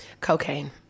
Cocaine